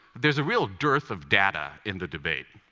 there's a real dearth of data in the debate.